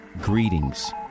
greetings